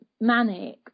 manic